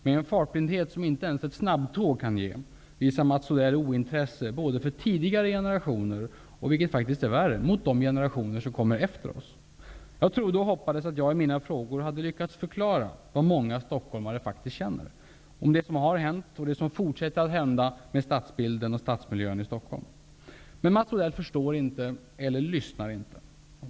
Med en fartblindhet som inte ens ett snabbtåg kan ge visar Mats Odell ointresse både för tidigare generationer och -- vilket faktiskt är värre -- mot de generationer som kommer efter oss. Jag trodde och hoppades att jag i mina frågor hade lyckats förklara vad många stockholmare faktiskt känner för det som har hänt och det som fortsätter att hända med stadsbilden och stadsmiljön i Stockholm. Men Mats Odell förstår inte eller lyssnar inte.